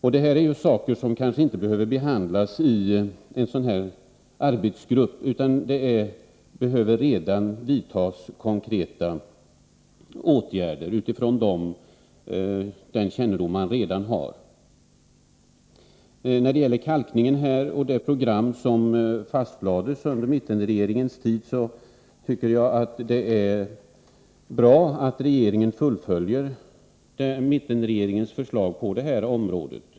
Sådant behöver kanske inte behandlas i en arbetsgrupp av det slag jag nämnt. Redan nu måste emellertid konkreta åtgärder vidtas på grund av den kännedom man har i dessa frågor. När det gäller kalkningen och det program som fastlades under mittenregeringens tid är det bra att den nuvarande regeringen fullföljer den tidigare mittenregeringens förslag.